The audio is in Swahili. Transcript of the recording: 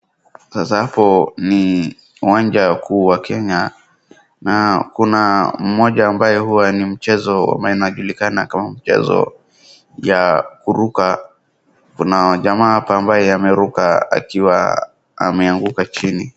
Sasa hapo ni uwanja kuu wa Kenya na kuna mmoja ambaye huwa ni mchezo na inajulikana kaa mchezo ya kuruka. Kuna jamaa hapa ambaye ameruka akiwa ameanguka chini.